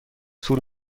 طول